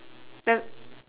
pri~